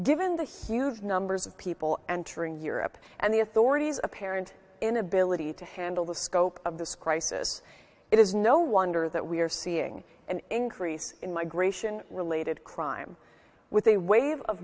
given the huge numbers of people entering europe and the authorities apparent inability to handle the scope of this crisis it is no wonder that we are seeing an increase in migration related crime with a wave of